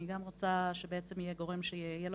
אני גם רוצה שבעצם יהיה גורם שיהיה לו